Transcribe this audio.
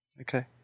Okay